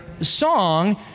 song